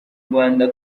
rwanda